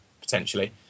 potentially